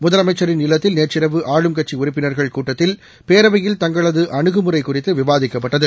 முதலமைச்சரின் இல்லத்தில் நேற்றிரவு ஆளும்கட்சி உறுப்பினர்கள் கூட்டத்தில் பேரவையில் தங்களது அணுகுமுறை குறித்து விவாதிக்கப்பட்டது